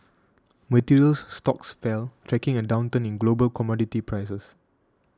materials stocks fell tracking a downturn in global commodity prices